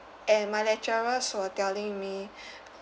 and my lecturers were telling me